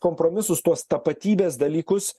kompromisus tuos tapatybės dalykus